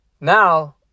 now